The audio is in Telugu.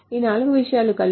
ఈ నాలుగు విషయాలు కలిసి